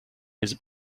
his